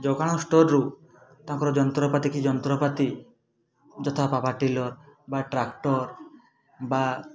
ଯୋଗାଣ ଷ୍ଟୋର୍ରୁ ତାଙ୍କର ଯନ୍ତ୍ରପାତି କି ଯନ୍ତ୍ରପାତି ଯଥା ପାୱାର ଟିଲର୍ ବା ଟ୍ରାକ୍ଟର୍ ବା